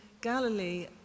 Galilee